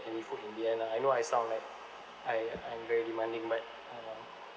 any food in the end lah I know I sound like I I'm very demanding but uh